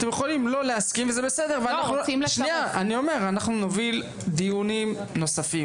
אתם יכולים לא להסכים וזה בסדר ואנחנו נוביל דיונים נוספים,